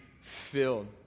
filled